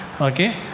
Okay